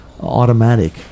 automatic